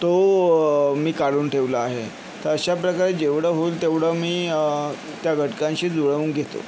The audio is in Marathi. तो मी काढून ठेवला आहे तर अशा प्रकारे जेवढं होईल तेवढं मी त्या घटकांशी जुळवून घेतो